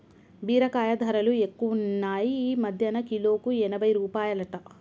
బీరకాయ ధరలు ఎక్కువున్నాయ్ ఈ మధ్యన కిలోకు ఎనభై రూపాయలట